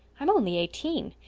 i'm only eighteen.